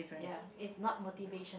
ya it's not motivation